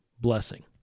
blessing